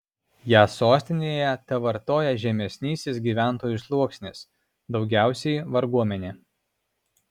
ją sostinėje tevartojo žemesnysis gyventojų sluoksnis daugiausiai varguomenė